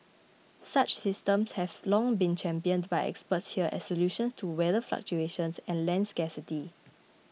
such systems have long been championed by experts here as solutions to weather fluctuations and land scarcity